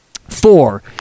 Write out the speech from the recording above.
four